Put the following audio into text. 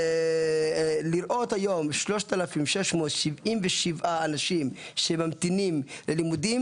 לראות היום 3,677 אנשים שממתינים ללימודים,